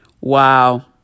Wow